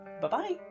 Bye-bye